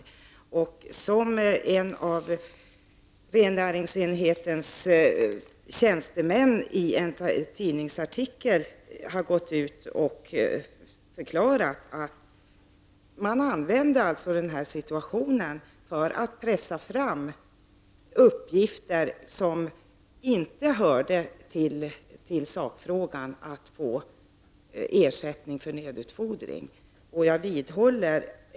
Man har alltså, som en av rennäringsenhetens tjänstemän förklarat i en tidningsartikel, använt situationen för att pressa fram uppgifter som inte hört till sakfrågan -- att få ersättning för nödutfordring.